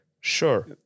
Sure